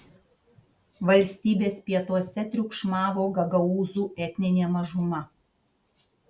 valstybės pietuose triukšmavo gagaūzų etninė mažuma